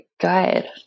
good